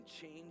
change